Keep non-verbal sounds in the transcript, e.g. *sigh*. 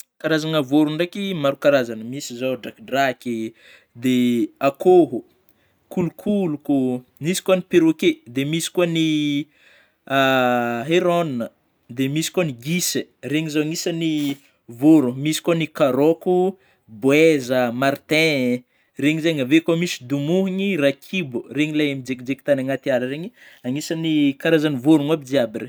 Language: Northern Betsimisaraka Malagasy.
*noise* Karazagny vôrona ndraiky maro karazagny misy zao drakidraky de akôho ,kolokoloko, misy koa ny perroqeut, dia misy koa ny *hesitation* herone, dia misy koa ny gisa regny zany anisany *noise* vôrono ,misy koa ny karaoko, boeza, martin regny zagny, avy akeo misy domoiny, rakibo reigny ilay mijaikijaiky tagny agnaty ala reigny agnisan'ny karazagny vôrona aby jiaby regny.